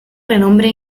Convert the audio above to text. renombre